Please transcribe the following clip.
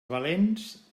valents